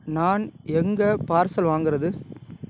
நான் எங்கே பார்சல் வாங்கறது